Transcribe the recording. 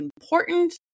important